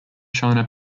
china